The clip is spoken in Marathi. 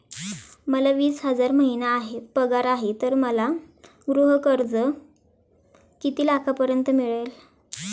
मला वीस हजार महिना पगार आहे तर मला गृह कर्ज किती लाखांपर्यंत मिळेल?